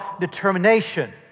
determination